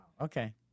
Okay